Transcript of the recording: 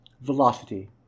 velocity